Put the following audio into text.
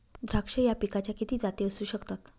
द्राक्ष या पिकाच्या किती जाती असू शकतात?